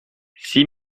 six